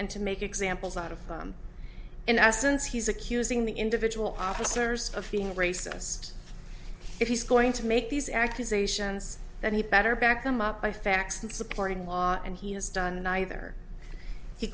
and to make examples out of in essence he's accusing the individual officers of feeling racist if he's going to make these accusations that he better back them up by facts and supporting law and he has done either he